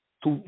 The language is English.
tu